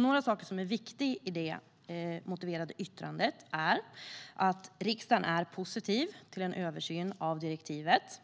Några punkter som är viktiga i det motiverade yttrandet är att riksdagen är positiv till en översyn av direktivet